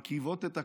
שמקריבות את הכול,